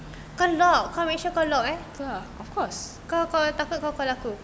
kolot kau make sure kolot ya kau kalau takut kau call aku